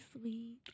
sweet